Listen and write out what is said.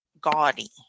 gaudy